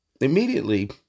immediately